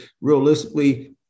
realistically